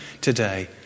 today